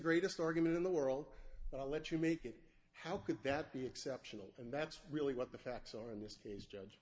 greatest argument in the world but i'll let you make it how could that be exceptional and that's really what the facts are in this case